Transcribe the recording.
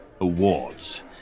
awards